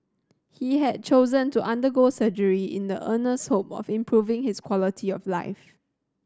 he had chosen to undergo surgery in the earnest hope of improving his quality of life